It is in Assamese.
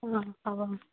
অঁ হ'ব